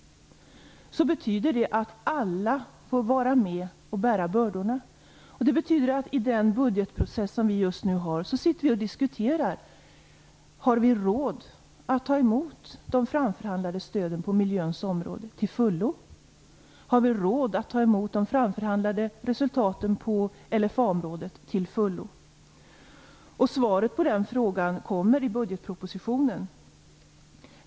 Det betyder att alla får vara med och bära bördorna. Det betyder att vi i den budgetprocess som just nu sker sitter och diskuterar om vi har råd att ta emot de framförhandlade stöden på miljöns område till fullo. Har vi råd att ta emot resultatet av förhandlingarna på LFA-området till fullo? Svaret på de frågorna kommer i budgetpropositionen.